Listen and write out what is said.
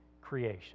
creation